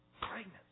pregnant